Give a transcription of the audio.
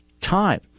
time